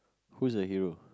who is your hero